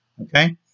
Okay